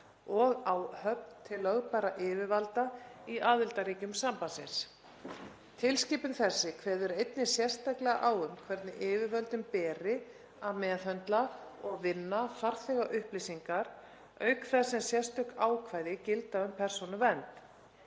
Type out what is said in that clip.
og áhöfn til lögbærra yfirvalda í aðildarríkjum sambandsins. Tilskipun þessi kveður einnig sérstaklega á um hvernig yfirvöldum beri að meðhöndla og vinna farþegaupplýsingar auk þess sem sérstök ákvæði gilda um persónuvernd.